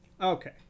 okay